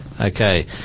Okay